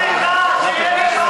תבקש סליחה, תהיה,